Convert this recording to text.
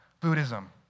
Buddhism